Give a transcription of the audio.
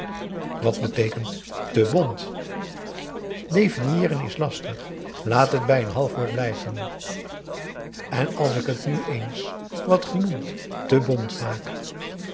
wat beteekent te bont definieeren is lastig laat het bij n half woord blijven en als ik het nu eens wat ge noemt te bont maak